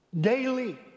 daily